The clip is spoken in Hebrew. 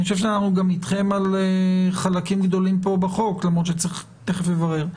אני חושב שאנחנו גם אתכם על חלקים גדולים בחוק למרות שתכף נברר.